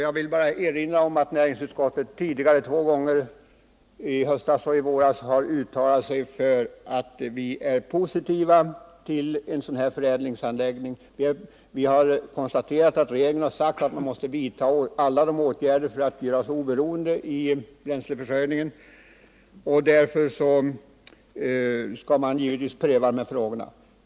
Jag vill erinra om att näringsutskottet tidigare, i höstas och i våras, har uttalat att det är positivt till en sådan här förädlingsanläggning. Vi har konstaterat att regeringen har sagt att vi måste vidta alla tänkbara åtgärder för att göra oss oberoende från bränsleförsörjningssynpunkt. Därför skall givetvis dessa frågor prövas.